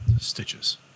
stitches